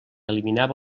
eliminava